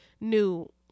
new